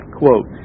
quote